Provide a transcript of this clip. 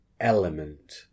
element